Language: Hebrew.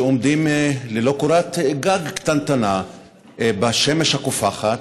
שעומדים ללא קורת גג קטנטנה בשמש הקופחת